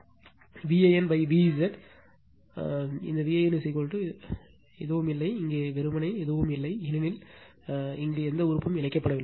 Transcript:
எனவே V AN V Z இந்த V AN இந்த V an எதுவும் இல்லை இங்கே இது வெறுமனே எதுவும் இல்லை ஏனெனில் இங்கு எந்த உறுப்பு இணைக்கப்படவில்லை